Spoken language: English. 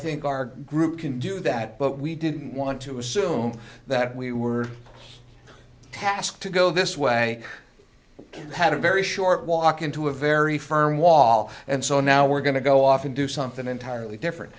think our group can do that but we didn't want to assume that we were task to go this way had a very short walk into a very firm wall and so now we're going to go off and do something entirely different